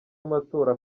amatora